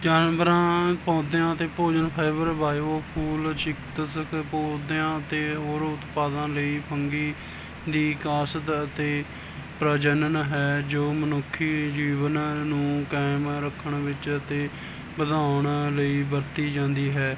ਜਾਨਵਰਾਂ ਪੌਦਿਆਂ ਅਤੇ ਭੋਜਨ ਫਾਈਬਰ ਬਾਇਓ ਕੂਲ ਚਿਕਿਤਸਕ ਪੌਦਿਆਂ ਅਤੇ ਹੋਰ ਉਤਪਾਦਾਂ ਲਈ ਫੰਗੀ ਦੀ ਕਾਸ਼ਤ ਅਤੇ ਪ੍ਰਜਨਨ ਹੈ ਜੋ ਮਨੁੱਖੀ ਜੀਵਨ ਨੂੰ ਕਾਇਮ ਰੱਖਣ ਵਿੱਚ ਅਤੇ ਵਧਾਉਣ ਲਈ ਵਰਤੀ ਜਾਂਦੀ ਹੈ